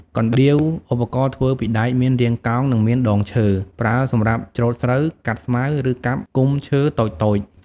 កណ្ដៀវ ឧបករណ៍ធ្វើពីដែកមានរាងកោង និងមានដងឈើ។ ប្រើសម្រាប់ច្រូតស្រូវ កាត់ស្មៅ ឬកាប់គុម្ពឈើតូចៗ។